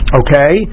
okay